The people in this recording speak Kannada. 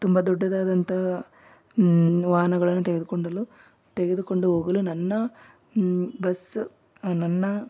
ತುಂಬ ದೊಡ್ಡದಾದಂಥ ವಾಹನಗಳನ್ನು ತೆಗೆದುಕೊಂಡಲು ತೆಗೆದುಕೊಂಡು ಹೋಗಲು ನನ್ನ ಬಸ್ ನನ್ನ